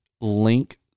link